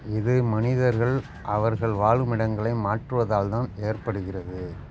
இது மனிதர்கள் அவர்கள் வாழும் இடங்களை மாற்றுவதால் தான் ஏற்படுகிறது